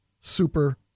Super